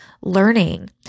learning